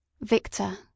VICTOR